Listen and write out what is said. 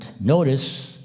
Notice